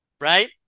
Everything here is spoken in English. right